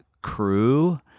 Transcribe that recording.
crew